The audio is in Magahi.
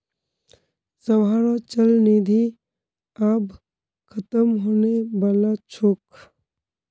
सबहारो चल निधि आब ख़तम होने बला छोक